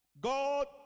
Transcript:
God